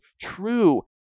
true